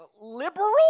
liberal